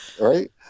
right